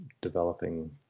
developing